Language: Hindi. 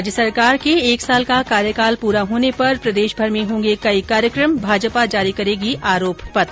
राज्य सरकार के एक साल का कार्यकाल प्ररा होने पर प्रदेशभर में होंगे कई कार्यक्रम भाजपा जारी करेगी आरोप पत्र